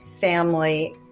family